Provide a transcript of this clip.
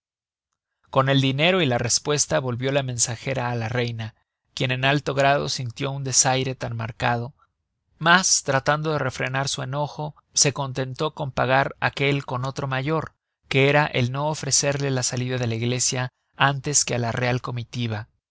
con el dinero y la respuesta volvió la mensajera á la reina quien en alto grado sintió un desaire tan marcado mas tratando de refrenar su enojo se contentó con pagar aquel con otro mayor que era el no ofrecerla la salida de la iglesia antes que á la real comitiva